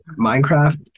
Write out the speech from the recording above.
Minecraft